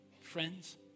friends